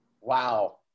Wow